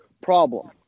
problem